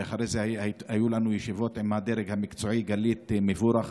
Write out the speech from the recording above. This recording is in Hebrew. ואחרי זה היו לנו ישיבות עם הדרג המקצועי גלית מבורך